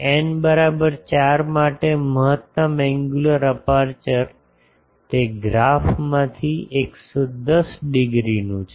N બરાબર 4 માટે મહત્તમ એન્ગ્યુલર અપેર્ચર તે ગ્રાફ માંથી 110 ડિગ્રીનું છે